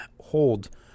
hold